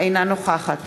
אינה נוכחת